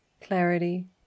clarity